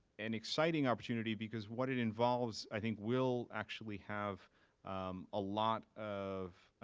an exciting opportunity because what it involves, i think, will actually have a lot of